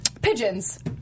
pigeons